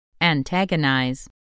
Antagonize